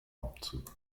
abzug